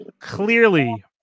clearly